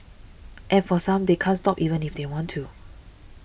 and for some they can't stop even if they want to